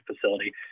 facility